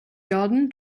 garden